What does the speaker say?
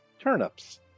turnips